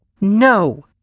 No